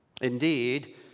Indeed